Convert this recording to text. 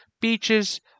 Beaches